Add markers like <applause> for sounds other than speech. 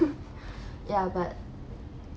<laughs> ya but